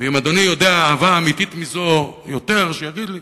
ואם אדוני יודע אהבה אמיתית מזאת, יותר, שיגיד לי.